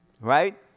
right